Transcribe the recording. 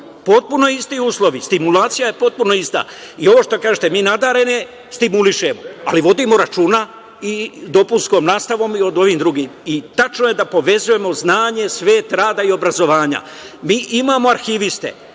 Potpuno isti uslovi, stimulacija je potpuno ista. Ovo što kažete, mi nadarene stimulišemo, ali vodimo računa i dopunskom nastavom i o ovim drugim. Tačno je da povezujemo znanje, svet rada i obrazovanja. Mi imamo arhiviste,